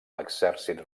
l’exèrcit